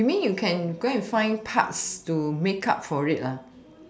you mean you can go and find parts to look out for it